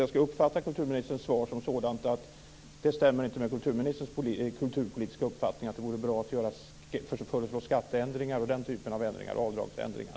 Jag uppfattar kulturministerns svar som att det inte stämmer med kulturministerns kulturpolitiska uppfattning att det vore bra att föreslå skatteändringar och avdragsändringar.